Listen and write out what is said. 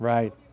Right